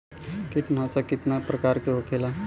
कीटनाशक कितना प्रकार के होखेला?